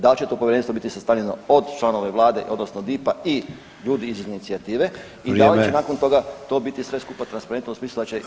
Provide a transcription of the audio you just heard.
Da li će to Povjerenstvo biti sastavljeno od članova Vlade odnosno DIP-a i ljudi iz inicijative i da li [[Upadica: Vrijeme.]] će nakon toga to biti sve skupa transparentno u smislu [[Upadica: Vrijeme, odgovor na repliku.]] da će